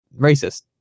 racist